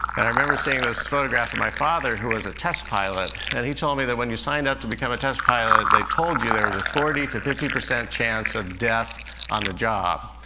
and i remembered seeing this photograph of my father, who was a test pilot, and he told me that when you signed up to become a test pilot, they told you that there was a forty to fifty percent chance of death on the job.